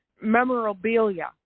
memorabilia